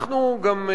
אנחנו גם,